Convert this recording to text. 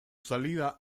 salida